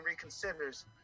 reconsiders